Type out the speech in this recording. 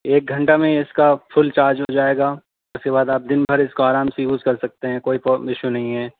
ایک گھنٹہ میں اس کا فل چارج ہو جائے گا اس کے آپ بعد دن بھر اس کو آرام سے یوز کر سکتے ہیں کوئی پروب ایشو نہیں ہے